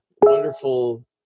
wonderful